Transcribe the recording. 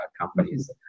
companies